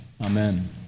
amen